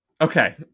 Okay